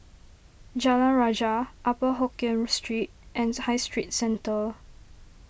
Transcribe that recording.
Jalan Rajah Upper Hokkien Street and High Street Centre